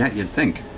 you'd think.